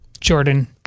Jordan